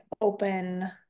open